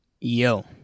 Yo